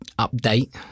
update